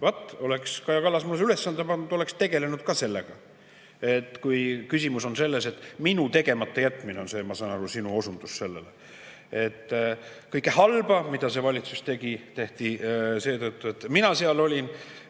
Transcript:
Vaat, oleks Kaja Kallas mulle selle ülesande pannud, oleks tegelenud ka sellega. Küsimus on selles, et minu tegematajätmine on see … Ma saan aru, et sinu osundus oli sellele. Kõike halba, mida see valitsus tegi, tehti seetõttu, et mina seal olin,